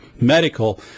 medical